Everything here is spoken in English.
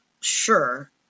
sure